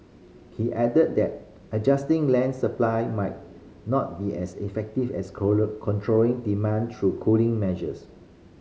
he added that adjusting land supply might not be as effective as controlling demand through cooling measures